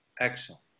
Excellent